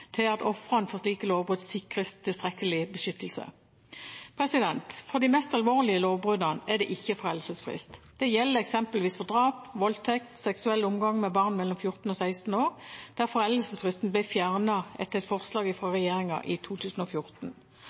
til at ofrene for slike lovbrudd sikres tilstrekkelig beskyttelse. For de mest alvorlige lovbruddene er det ikke foreldelsesfrist. Det gjelder eksempelvis for drap, voldtekt og seksuell omgang med barn mellom 14 og 16 år, der foreldelsesfristen ble fjernet etter et forslag fra regjeringen i 2014.